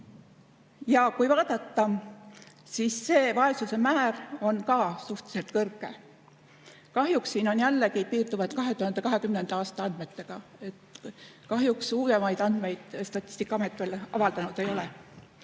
Kui vaadata, siis see vaesuse määr on ka suhteliselt kõrge. Kahjuks siin on jällegi piirdutud 2020. aasta andmetega ja uuemaid andmeid Statistikaamet avaldanud veel ei ole.